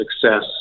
success